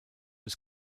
was